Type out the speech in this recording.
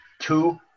two